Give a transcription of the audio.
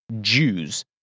Jews